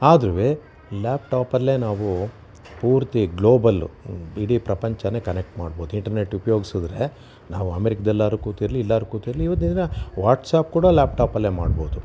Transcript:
ಆದರೂ ಲ್ಯಾಪ್ ಟಾಪಲ್ಲೆ ನಾವು ಪೂರ್ತಿ ಗ್ಲೋಬಲ್ಲು ಇಡೀ ಪ್ರಪಂಚನೇ ಕನೆಕ್ಟ್ ಮಾಡ್ಬೋದು ಇಂಟರ್ನೆಟ್ ಉಪಯೋಗಿಸಿದ್ರೆ ನಾವು ಅಮೇರಿಕದಲ್ಲಾದ್ರು ಕೂತಿರಲಿ ಇಲ್ಲಾದ್ರು ಕೂತಿರಲಿ ಇವತ್ತಿನ ದಿನ ವಾಟ್ಸಪ್ ಕೂಡ ಲ್ಯಾಪ್ ಟಾಪಲ್ಲೆ ಮಾಡ್ಬೋದು